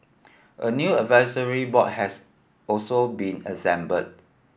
a new advisory board has also been assembled